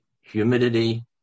humidity